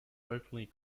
openly